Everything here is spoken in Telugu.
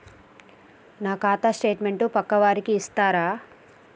నా ఖాతా స్టేట్మెంట్ పక్కా వారికి ఇస్తరా?